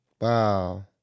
Wow